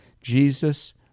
Jesus